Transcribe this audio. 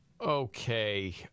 Okay